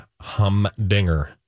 humdinger